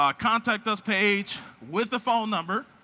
um contact us page with the phone number.